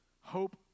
hope